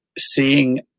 seeing